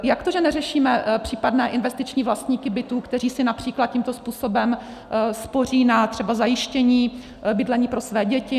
Jak to, že neřešíme případné investiční vlastníky bytů, kteří si například tímto způsobem spoří třeba na zajištění bydlení pro své děti nebo důchod?